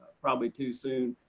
probably too soon,